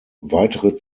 weitere